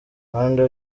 rwanda